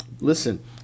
Listen